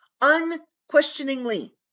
unquestioningly